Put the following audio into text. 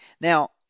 Now